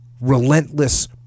relentless